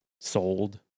sold